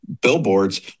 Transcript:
billboards